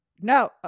no